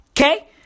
Okay